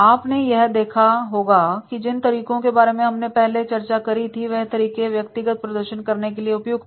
आपने यह देखा होगा कि जिन तरीकों के बारे में हमने पहले चर्चा करी थी वह तरीके व्यक्तिगत प्रदर्शन करने के लिए उपयुक्त थे